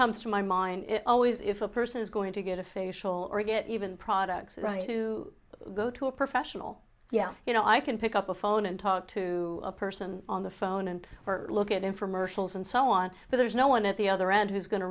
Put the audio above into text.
comes to my mind it always if a person is going to get a facial or get even products to go to a professional yeah you know i can pick up a phone and talk to a person on the phone and look at him for murder and so on but there's no one at the other end who's going to